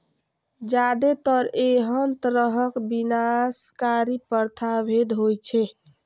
जादेतर एहन तरहक विनाशकारी प्रथा अवैध होइ छै